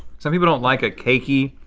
some people don't like a cakey.